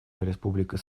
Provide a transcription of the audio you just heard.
республикой